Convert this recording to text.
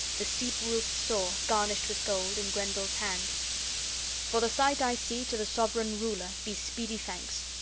the steep roof saw, garnished with gold, and grendel's hand for the sight i see to the sovran ruler be speedy thanks!